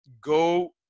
go